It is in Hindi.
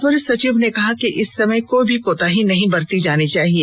अपर सचिव ने कहा कि इस समय कोई भी कोताही नहीं बरती जानी चाहिए